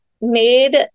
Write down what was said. made